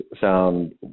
sound